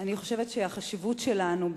החשיבות שלנו,